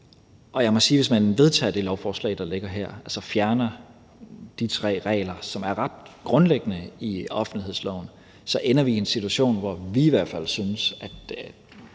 Og jeg må sige, at hvis man vedtager det lovforslag, der ligger her, altså fjerner de tre regler, som er ret grundlæggende i offentlighedsloven, så ender vi i en situation, hvor vi i hvert fald synes, at man